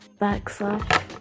Backslash